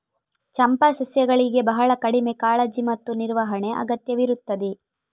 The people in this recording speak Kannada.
ಚಂಪಾ ಸಸ್ಯಗಳಿಗೆ ಬಹಳ ಕಡಿಮೆ ಕಾಳಜಿ ಮತ್ತು ನಿರ್ವಹಣೆ ಅಗತ್ಯವಿರುತ್ತದೆ